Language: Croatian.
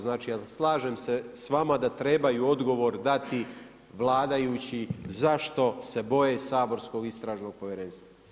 Znači, slažem se s vama da trebaju odgovor dati vladajući zašto se boje saborskog istražnog povjerenstva.